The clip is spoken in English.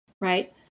right